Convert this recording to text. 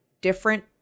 different